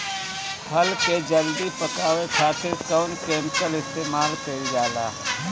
फल के जल्दी पकावे खातिर कौन केमिकल इस्तेमाल कईल जाला?